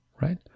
right